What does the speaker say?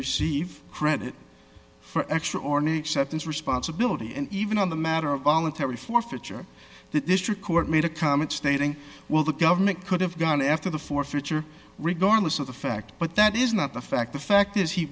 receive credit for extraordinary acceptance responsibility and even on the matter of voluntary forfeiture the district court made a comment stating well the government could have gone after the forfeiture regardless of the fact but that is not the fact the fact is he